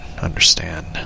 Understand